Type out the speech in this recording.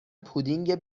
پودینگ